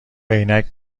عینک